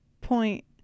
point